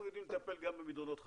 אנחנו יודעים לטפל גם במדרונות חלקלקים,